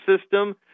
system